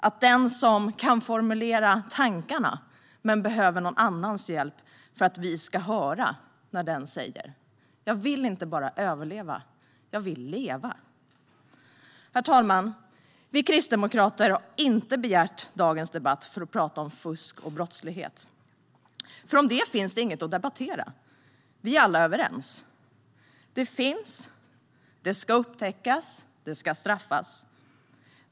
Någon som kan formulera tankarna kan behöva någon annans hjälp för att vi ska höra när den människan säger: Jag vill inte bara överleva - jag vill leva. Herr talman! Vi kristdemokrater har inte begärt dagens debatt för att prata om fusk och brottslighet. Om det finns det nämligen inget att debattera. Vi är alla överens. Detta finns. Det ska upptäckas, och man ska straffas för det.